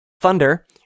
Thunder